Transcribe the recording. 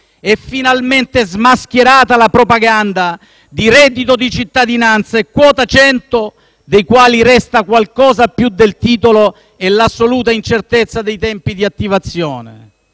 e finalmente smascherata la propaganda di reddito di cittadinanza e quota 100, dei quali resta qualcosa più del titolo e l'assoluta incertezza dei tempi di attivazione.